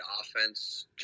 offense